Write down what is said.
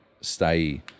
stay